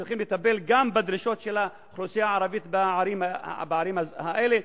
צריכים לטפל גם בדרישות של האוכלוסייה הערבית בערים האלה.